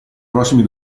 prossimi